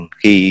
khi